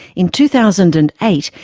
in two thousand and eight,